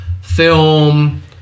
film